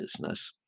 business